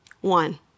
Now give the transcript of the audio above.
one